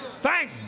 Thank